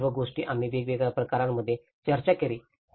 या सर्व गोष्टी आम्ही वेगवेगळ्या प्रकरणांमध्ये चर्चा केली